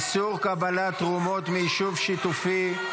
(איסור קבלת תרומות מיישוב שיתופי),